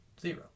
Zero